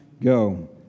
go